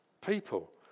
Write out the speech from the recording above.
people